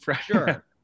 sure